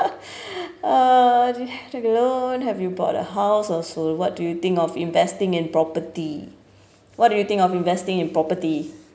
uh take a loan have you bought a house also what do you think of investing in property what do you think of investing in property